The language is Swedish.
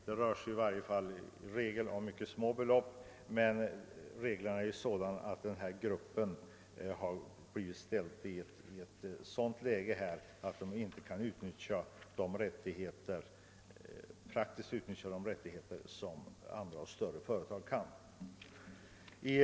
Det rör sig vanligen om mycket små belopp, men reglerna är sådana att denna grupp blivit ställd i ett sådant läge att den inte praktiskt kan utnyttja de rättigheter som större företag kan tillgodogöra sig.